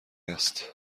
است